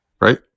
Right